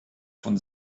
von